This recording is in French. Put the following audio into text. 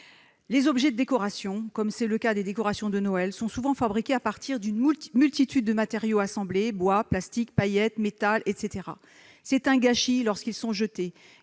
Les objets de décoration, par exemple les décorations de Noël, sont souvent fabriqués à partir d'une multitude de matériaux assemblés : bois, plastique, paillettes, métal, etc. C'est un gâchis lorsqu'ils sont jetés